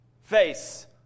face